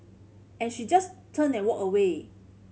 and she just turned and walked away